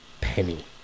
penny